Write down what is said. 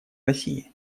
россии